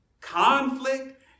conflict